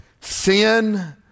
Sin